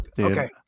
Okay